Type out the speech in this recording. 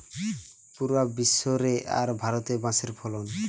পুরা বিশ্ব রে আর ভারতে বাঁশের ফলন